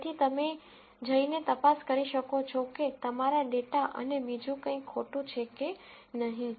તેથી તમે જઇને તપાસ કરી શકો છો કે તમારા ડેટા અને બીજું કંઈ ખોટું છે કે નહીં